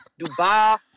Dubai